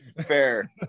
Fair